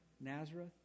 Nazareth